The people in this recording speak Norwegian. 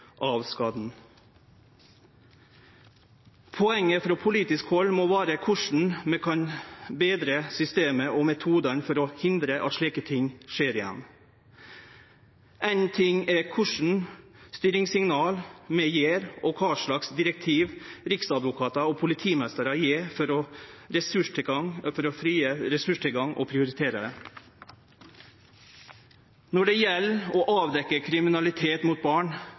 Poenget frå politisk hald må vere korleis vi kan betre systema og metodane for å hindre at slike ting skjer igjen. Éin ting er kva styringssignal vi gjev, og kva direktiv Riksadvokaten og politimeistrane gjev for ressurstilgang og prioriteringar, men når det gjeld å avdekkje kriminalitet mot barn,